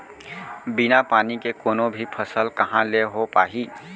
बिना पानी के कोनो भी फसल कहॉं ले हो पाही?